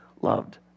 loved